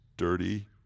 Dirty